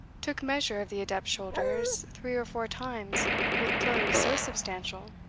took measure of the adept's shoulders three or four times with blows so substantial,